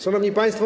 Szanowni Państwo!